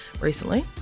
recently